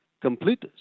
complete